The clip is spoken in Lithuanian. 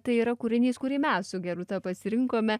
tai yra kūrinys kurį mes su gerūta pasirinkome